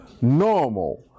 normal